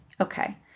Okay